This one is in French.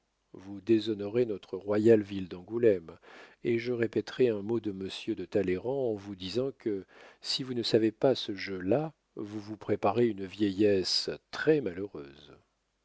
vous déshonorez notre royale ville d'angoulême et je répéterai un mot de monsieur de talleyrand en vous disant que si vous ne savez pas ce jeu-là vous vous préparez une vieillesse très malheureuse